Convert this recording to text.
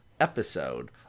episode